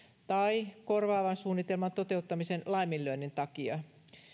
tai sitä korvaavan suunnitelman toteuttamisen laiminlyönnin takia